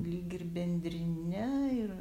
lyg ir bendrine ir